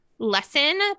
lesson